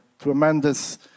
tremendous